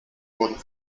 wurden